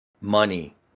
Money